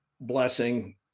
blessing